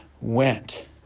went